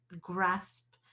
grasp